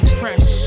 fresh